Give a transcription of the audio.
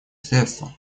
средство